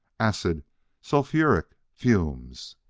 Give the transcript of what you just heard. acid sulfuric fumes!